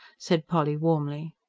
said polly warmly.